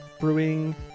Brewing